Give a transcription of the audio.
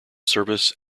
service